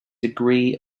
degree